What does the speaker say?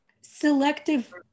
selective